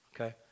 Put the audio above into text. okay